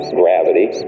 gravity